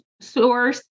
source